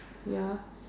ya